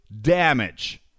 damage